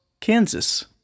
Kansas